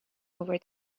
over